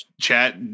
chat